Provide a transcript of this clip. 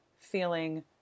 feeling